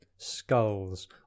skulls